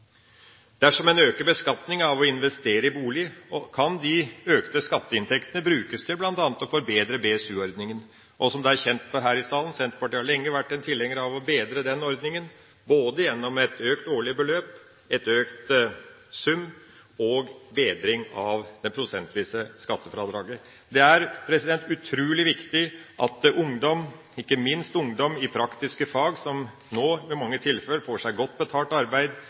Dersom en øker beskatninga av å investere i bolig, kan de økte skatteinntektene brukes til bl.a. å forbedre BSU-ordninga. Som det er kjent her i salen: Senterpartiet har lenge vært en tilhenger av å bedre den ordninga, gjennom både et økt årlig beløp, en økt sum og en bedring av det prosentvise skattefradraget. Det er utrolig viktig at ungdom, ikke minst ungdom med praktiske fag som nå i mange tilfeller får seg godt betalt arbeid,